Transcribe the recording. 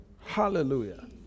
Hallelujah